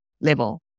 level